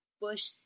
Bush